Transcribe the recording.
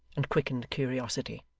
and quickened curiosity.